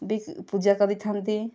ବି ପୂଜା କରିଥାନ୍ତି